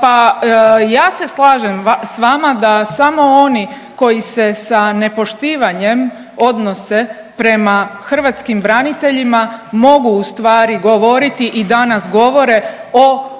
Pa ja se slažem sa vama da samo oni koji se sa nepoštivanjem odnose prema hrvatskim braniteljima mogu u stvari govoriti i danas govore o povlaštenim